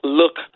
look